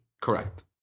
Correct